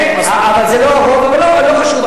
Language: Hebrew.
כן, אבל זה לא הרוב, אבל לא חשוב.